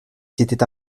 s’étaient